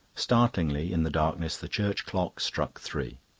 startlingly, in the darkness, the church clock struck three.